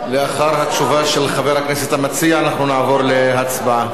לאחר התשובה של חבר הכנסת המציע אנחנו נעבור להצבעה.